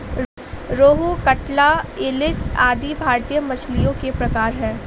रोहू, कटला, इलिस आदि भारतीय मछलियों के प्रकार है